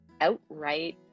outright